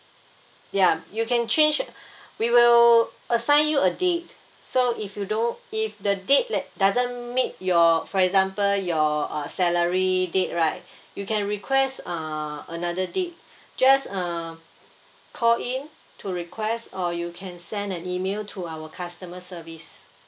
yup you can change we will assign you a date so if you don't if the date that doesn't meet your for example your uh salary date right you can request uh another date just uh call in to request or you can send an email to our customer service